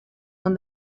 when